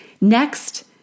Next